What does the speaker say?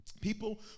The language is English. People